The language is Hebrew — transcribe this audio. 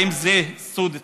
האם זה סוד צבאי,